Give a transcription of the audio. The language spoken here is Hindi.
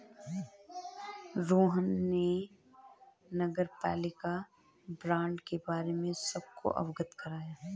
रोहन ने नगरपालिका बॉण्ड के बारे में सबको अवगत कराया